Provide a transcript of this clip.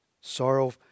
sorrow